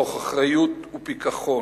מתוך אחריות ופיכחון,